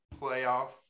playoff